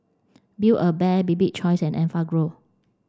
Build A Bear Bibik choice and Enfagrow